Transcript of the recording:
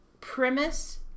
premise